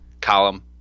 column